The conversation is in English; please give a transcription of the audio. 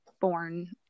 born